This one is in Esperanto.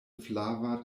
flava